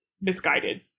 misguided